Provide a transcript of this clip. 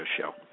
show